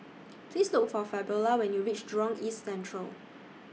Please Look For Fabiola when YOU REACH Jurong East Central